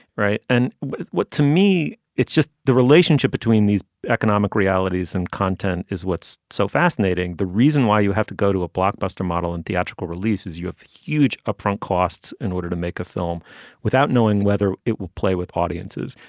right. and to me it's just the relationship between these economic realities and content is what's so fascinating the reason why you have to go to a blockbuster model and theatrical release is you have huge upfront costs in order to make a film without knowing whether it will play with audiences.